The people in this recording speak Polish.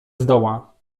zdoła